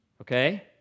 Okay